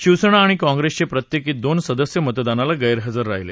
शिवसेना आणि काँग्रेसचे प्रत्येकी दोन सदस्य मतदानाला गैरहजर राहिले